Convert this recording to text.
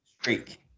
Streak